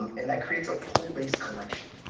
and that creates a pull-based collection.